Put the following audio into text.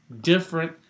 different